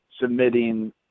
submitting